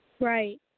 Right